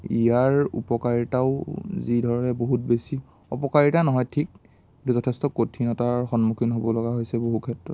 ইয়াৰ উপকাৰিতাও যি ধৰণে বহুত বেছি অপকাৰিতা নহয় ঠিক যথেষ্ট কঠিনতাৰ সন্মুখীন হ'ব লগা হৈছে বহু ক্ষেত্ৰত